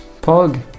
Pog